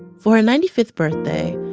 for her ninety fifth birthday,